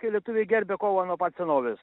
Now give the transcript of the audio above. kai lietuviai gerbia kova nuo pat senovės